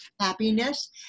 happiness